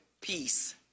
peace